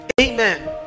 amen